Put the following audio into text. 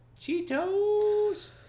Cheetos